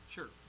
Sure